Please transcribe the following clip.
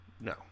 No